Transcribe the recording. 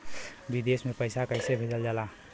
विदेश में पैसा कैसे भेजल जाला?